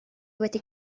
wedi